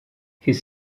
his